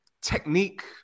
technique